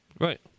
Right